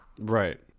Right